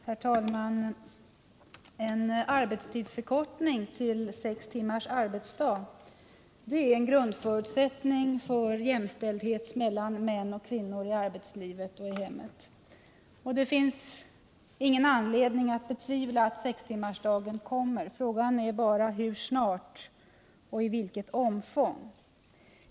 Herr talman! Sex timmars arbetsdag är en grundförutsättning för jämställdhet mellan män och kvinnor i arbetslivet och i hemmet. Det finns ingen anledning betvivla att sextimmarsdagen kommer. Frågan är bara hur snabbt och i vilket omfång.